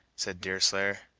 said deerslayer,